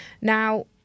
Now